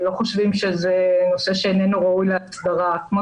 תודה לח"כ סגלוביץ שהיה מוכן להיפגש עמי